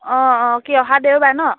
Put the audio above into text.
অঁ অঁ কি অহা দেওবাৰে ন